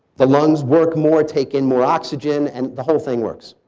the lungs work more, take in more oxygen and the whole thing works.